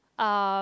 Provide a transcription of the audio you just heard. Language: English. um